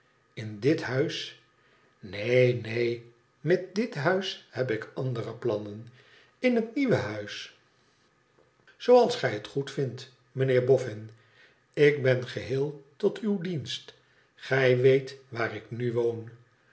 in dit huis neen neen met dit huis heb ik andere plannen in het nieuwe huis zooals gij het goedvindt mijnheer boffin ik ben geheel tot uw dienst gij weet waar ik nu woon